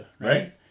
Right